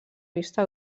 vista